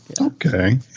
Okay